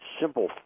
simple